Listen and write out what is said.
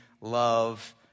love